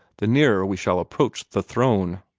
the nearer we shall approach the throne.